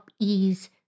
ease